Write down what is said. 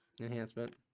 enhancement